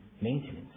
maintenance